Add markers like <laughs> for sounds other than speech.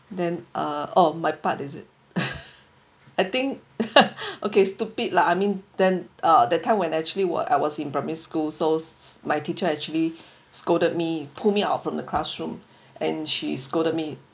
then ah oh on my part is it <laughs> I think <laughs> okay stupid la I mean then ah that time when actually were I was in primary school so s~ s~ my teacher actually <breath> scolded me pull me out from the classroom and she scolded me